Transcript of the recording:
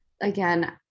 again